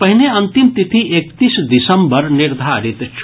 पहिने अंतिम तिथि एकतीस दिसम्बर निर्धारित छल